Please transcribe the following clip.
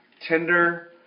tender